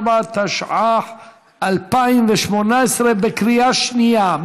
54), התשע"ח 2018, בקריאה שנייה.